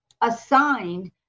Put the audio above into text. assigned